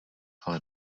ale